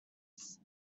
face